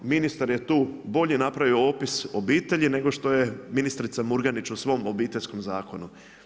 Ministar je tu bolje napravio opis obitelji, nego što je ministrica Murganić u svom obiteljskom zakonu.